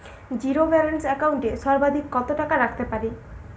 Zero balance account এ সর্বাধিক কত টাকা রাখতে পারি?